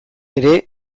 ere